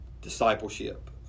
discipleship